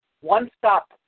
one-stop